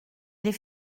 les